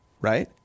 right